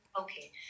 Okay